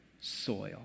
soil